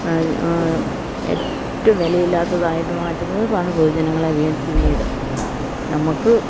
ഏറ്റവും വിലയില്ലാത്തതായിട്ട് മാറ്റുന്നതാണ് പൊതുജനങ്ങളെ പിന്നീട് നമുക്ക്